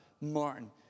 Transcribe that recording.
Martin